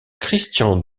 christian